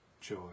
joy